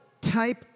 type